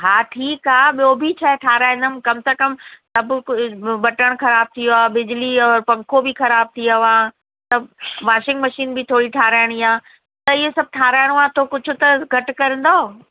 हा ठीकु आहे ॿियो बि शइ ठहाराईंदमि कम त कम सभु बटण ख़राब थी वियो आहे बिजली जो पखो बि ख़राब थी वियो आहे सभु वॉशिंग मशीन बि थोरी ठहाराइणी आहे त हीअ सभु ठहाराइणो आहे त कुझु त घटि करंदव